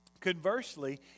Conversely